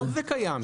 גם היום זה קיים.